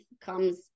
comes